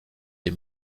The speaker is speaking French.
des